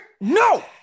no